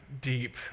deep